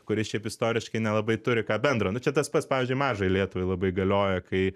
kuri šiaip istoriškai nelabai turi ką bendro nu čia tas pats pavyzdžiui mažajai lietuvai labai galioja kai